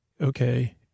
Okay